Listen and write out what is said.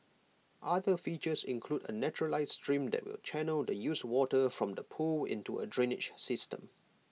other features include A naturalised stream that will channel the used water from the pool into A drainage system